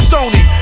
Sony